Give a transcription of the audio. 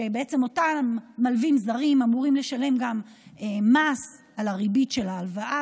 כשאותם מלווים זרים אמורים לשלם גם מס על הריבית של ההלוואה,